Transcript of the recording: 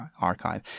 archive